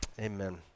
Amen